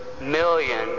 million